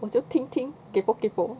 我只是听听 kaypoh kaypoh